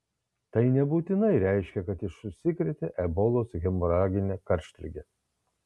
tai nebūtinai reiškia kad jis užsikrėtė ebolos hemoragine karštlige